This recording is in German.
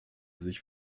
sich